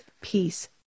peace